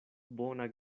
bona